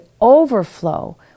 overflow